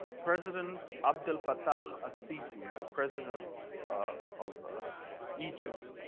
president abdel fattah al-sisi, the president of ah of egypt,